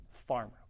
farmer